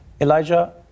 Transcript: Elijah